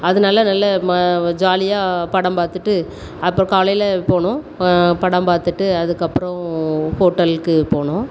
அதனால் நல்ல ம ஜாலியாக படம் பார்த்துட்டு அப்புறம் காலையில் போனோம் படம் பார்த்துட்டு அதுக்கப்புறம் ஹோட்டலுக்கு போனோம்